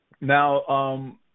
Now